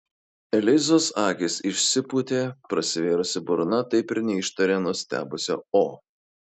elizos akys išsipūtė prasivėrusi burna taip ir neištarė nustebusio o